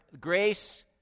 grace